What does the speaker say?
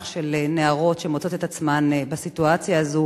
של נערות שמוצאות את עצמן בסיטואציה הזאת,